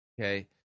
Okay